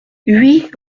huit